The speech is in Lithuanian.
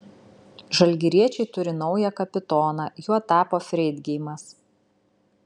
žalgiriečiai turi naują kapitoną juo tapo freidgeimas